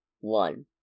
one